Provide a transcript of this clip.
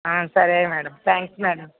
ఆ సరే madam thanks madam